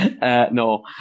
No